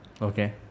Okay